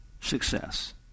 success